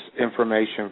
information